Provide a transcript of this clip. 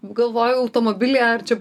galvojau automobilyje ar čia